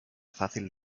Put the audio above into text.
fácil